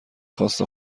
خواست